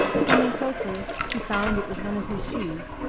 coming closer he found it was one of his shoes,